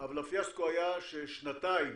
אבל הפיאסקו היה ששנתיים